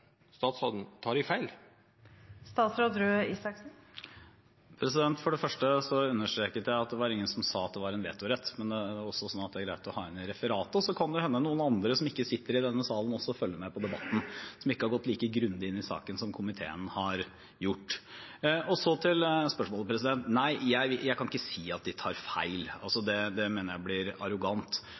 statsråden: Tek dei feil? For det første understreket jeg at det var ingen som sa at det var en vetorett, men det er også greit å ha det inn i referatet. Så kan det hende at noen andre som ikke sitter i denne salen, også følger med på debatten, men ikke har gått like grundig inn i saken som komiteen har gjort. Så til spørsmålet: Nei, jeg kan ikke si at de tar feil. Det mener jeg blir arrogant.